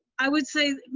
i would say